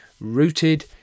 rooted